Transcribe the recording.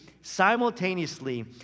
simultaneously